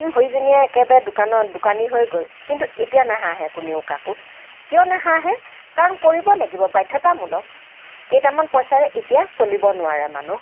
সৈজনীয়ে একেবাৰে দোকানত দোকানী হৈ গ'ল কিন্তু এতিয়া নাহাঁহে কোনেও কাকো কিয় নাহাঁহে কাৰণ কৰিব লাগিব বাধ্যতামূলক কেইটামান পইচাৰে এতিয়া চলিব নোৱাৰে মানুহ